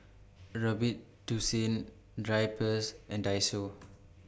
Robitussin Drypers and Daiso